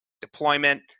deployment